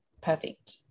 perfect